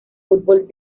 fútbol